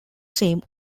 same